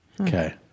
Okay